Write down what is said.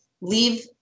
leave